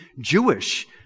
jewish